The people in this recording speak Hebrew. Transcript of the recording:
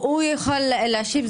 הוא יוכל להשיב.